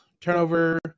turnover